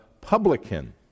publican